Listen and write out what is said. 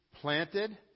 planted